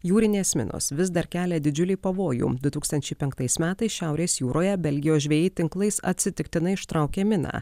jūrinės minos vis dar kelia didžiulį pavojų du tūkstančiai penktais metais šiaurės jūroje belgijos žvejai tinklais atsitiktinai ištraukė miną